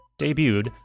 debuted